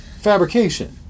fabrication